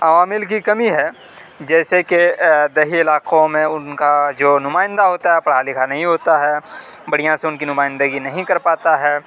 عوامل کی کمی ہے جیسے کہ دیہی علاقوں میں اُن کا جو نمائندہ ہوتا ہے پڑھا لکھا نہیں ہوتا ہے بڑھیا سے اُن کی نمائندگی نہیں کر پاتا ہے